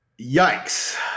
Yikes